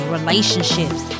relationships